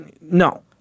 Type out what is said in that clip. No